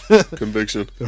conviction